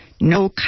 No